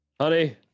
Honey